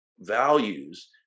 values